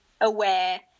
aware